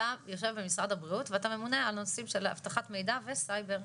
אתה יושב במשרד הבריאות ואתה ממונה על נושאים של אבטחת מידע וסייבר.